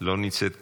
לא נמצאת כאן,